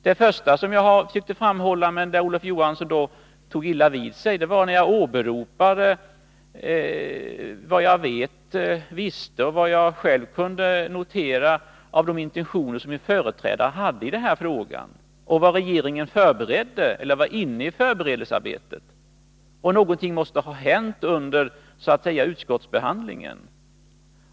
Det första jag framhöll var — Olof Johansson togllitet illa vid sig av det — vad jag visste och själv kunde notera beträffande de intentioner som min företrädare hade i denna fråga och vad regeringen förberedde. Någonting måste ha hänt under utskottsbehandlingen.